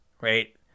right